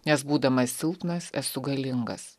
nes būdamas silpnas esu galingas